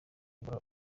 kugura